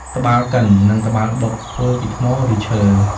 ត្បាល់កិន និងត្បាល់បុក ធ្វើពីថ្ម ឬឈើ។